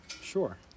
sure